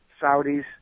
Saudis